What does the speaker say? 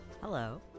Hello